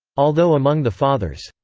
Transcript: although among the fathers,